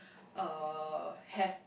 uh have